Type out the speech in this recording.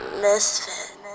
Misfit